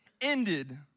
ended